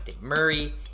Murray